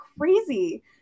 crazy